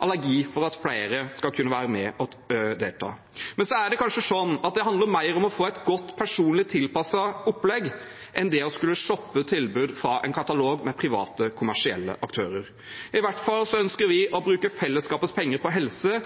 allergi mot at flere skal kunne være med og delta. Men det er kanskje sånn at det handler mer om å få et godt personlig tilpasset opplegg enn å skulle shoppe tilbud fra en katalog med private, kommersielle aktører. I hvert fall ønsker vi å bruke fellesskapets penger på helse,